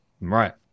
Right